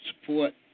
support